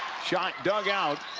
dug out.